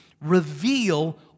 reveal